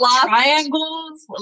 Triangles